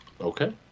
Okay